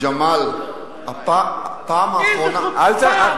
ג'מאל, הפעם האחרונה, איזו חוצפה.